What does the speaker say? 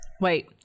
Wait